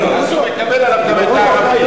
אז הוא מקבל עליו גם את הערבי.